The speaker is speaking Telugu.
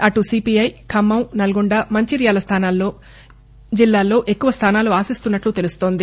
అటు సిపిఐ ఖమ్మం నల్గొండ మంచిర్యాల జిల్లాల్లో ఎక్కువస్థానాలు ఆశిస్తున్నట్లు తెలుస్తోంది